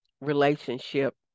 relationship